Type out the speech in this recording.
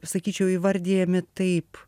sakyčiau įvardijami taip